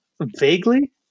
vaguely